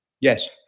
Yes